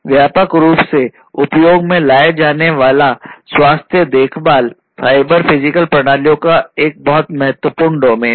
व्यापक रूप से उपयोग में लाए जाने वाला स्वास्थ्य देखभाल साइबर फिजिकल प्रणालियों का बहुत महत्वपूर्ण डोमेन है